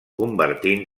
convertint